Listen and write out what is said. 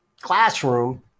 classroom